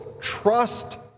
trust